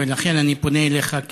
ולכן אני פונה אליך,